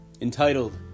entitled